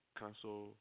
cancel